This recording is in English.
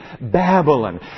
Babylon